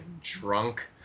drunk